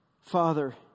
Father